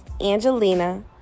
Angelina